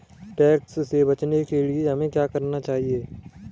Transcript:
Tax से बचने के लिए हमें क्या करना चाहिए?